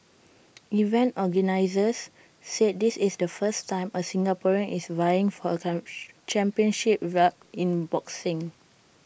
event organisers said this is the first time A Singaporean is vying for A championship belt in boxing